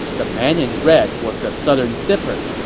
the man in red was the southern dipper,